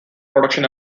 production